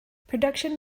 production